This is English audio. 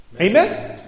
Amen